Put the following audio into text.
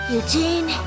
Eugene